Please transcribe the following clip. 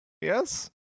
Yes